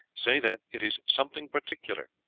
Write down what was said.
say that it is something particular.